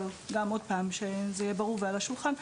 אבל עוד פעם כדי שזה יהיה ברור ועל השולחן,